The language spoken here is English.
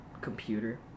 computer